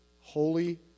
holy